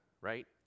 right